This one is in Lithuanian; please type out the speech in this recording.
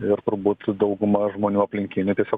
ir turbūt dauguma žmonių aplinkinių tiesiog